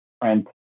print